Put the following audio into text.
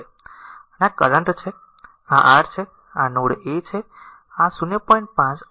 અને આ કરંટ આ છે આ r છે આ r નોડ એ છે